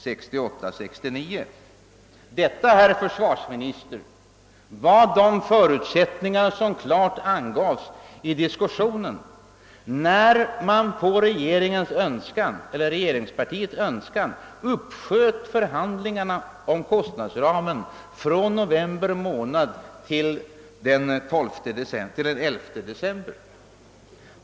Detta, herr försvarsminister, var de förutsättningar som klart angavs i diskussionen när man på regeringspartiets önskan uppsköt förhandlingarna om kostnadsramen från november månad till den 11 december.